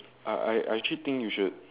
I I I actually think you should